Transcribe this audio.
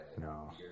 No